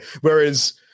whereas